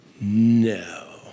no